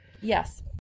Yes